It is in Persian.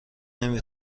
نمی